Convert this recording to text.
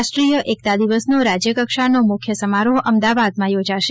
રાષ્ટ્રીયોય એકતા દિવસનો રાજયકક્ષાનો મુખ્ય સમારોહ અમદાવાદમાં યોજાશે